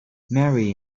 marry